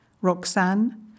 Roxanne